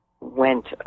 went